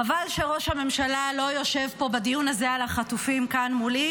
חבל שראש הממשלה לא יושב פה בדיון הזה על החטופים כאן מולי,